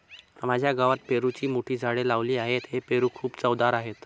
माझ्या गावात पेरूची मोठी झाडे लावली आहेत, हे पेरू खूप चवदार आहेत